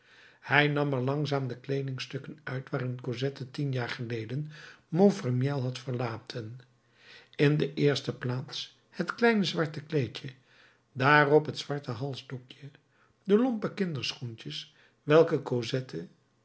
hij nam er langzaam de kleedingstukken uit waarin cosette tien jaren geleden montfermeil had verlaten in de eerste plaats het kleine zwarte kleedje daarop het zwarte halsdoekje de lompe kinderschoentjes welke